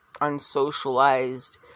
unsocialized